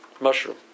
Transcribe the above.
mushroom